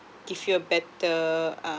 give you a better uh